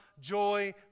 joy